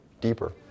deeper